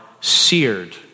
seared